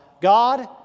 God